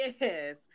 Yes